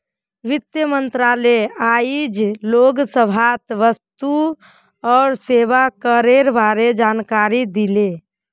वित्त मंत्री आइज लोकसभात वस्तु और सेवा करेर बारे जानकारी दिले